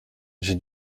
j’ai